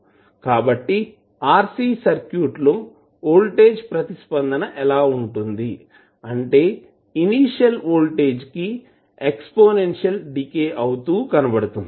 కాబట్టి RC circuit లో voltage ప్రతిస్పందన ఎలా ఉంటుంది అంటే ఇనీషియల్ వోల్టేజ్ కి ఎక్స్పోనెన్షియల్ డికే అవుతూ కనబడుతుంది